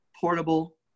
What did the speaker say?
portable